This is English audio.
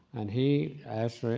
and he